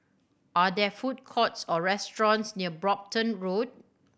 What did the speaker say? are there food courts or restaurants near Brompton Road